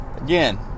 Again